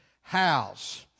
house